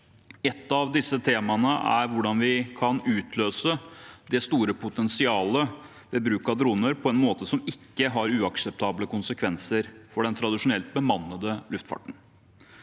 Ett av disse temaene er hvordan vi kan utløse det store potensialet ved bruk av droner på en måte som ikke har uakseptable konsekvenser for den tradisjonelt bemannede luftfarten.